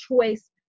choice